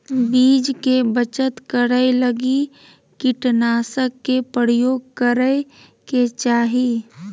बीज के बचत करै लगी कीटनाशक के प्रयोग करै के चाही